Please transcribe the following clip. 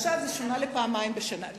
עכשיו זה שונה לפעמיים בשנה.